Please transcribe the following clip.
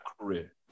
career